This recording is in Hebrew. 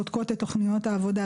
בודקות את תוכניות העבודה,